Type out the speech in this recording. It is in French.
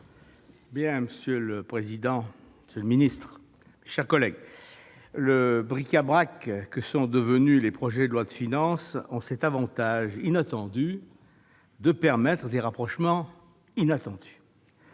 Monsieur le Président, monsieur le ministre, mes chers collègues, le bric-à-brac que sont devenus les projets de loi de finances a cet avantage inattendu de permettre des rapprochements qui